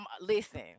listen